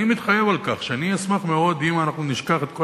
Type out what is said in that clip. אני מתחייב על כך שאני אשמח מאוד אם נשכח את כל